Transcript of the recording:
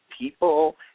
people